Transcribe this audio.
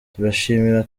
turashimira